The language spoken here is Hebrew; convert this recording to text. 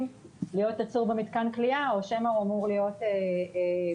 להיות עצור במתקן כליאה או שמא הוא אמור להיות באשפוז.